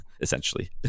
essentially